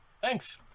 Thanks